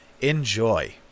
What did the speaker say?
enjoy